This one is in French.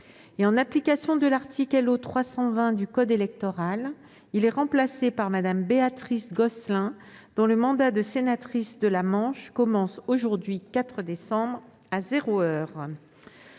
En application de l'article L.O. 320 du code électoral, il est remplacé par Mme Béatrice Gosselin, dont le mandat de sénatrice commence le 4 décembre, à zéro heure.